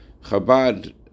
Chabad